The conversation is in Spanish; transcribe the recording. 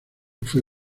fue